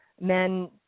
Men